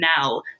now